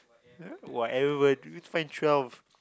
ya whatever you've find twelve